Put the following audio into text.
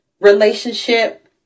relationship